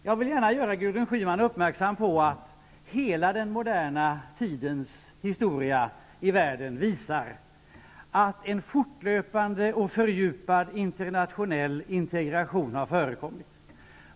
Jag vill gärna göra Gudrun Schyman uppmärksam på att hela den moderna tidens historia visar att en fortlöpande och fördjupad internationell integration har förekommit i världen.